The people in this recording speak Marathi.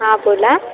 हां बोला